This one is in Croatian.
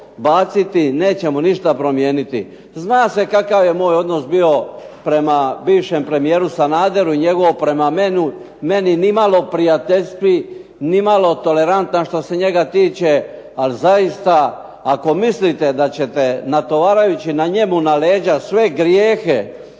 baciti, nećemo ništa promijeniti. Zna se kakav je moj odnos bio prema bivšem premijeru Sanaderu i njegov prema meni, nimalo prijateljski, nimalo tolerantan što se njega tiče, a zaista ako mislite da ćete natovarajući njemu na leđa sve grijehe